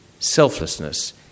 selflessness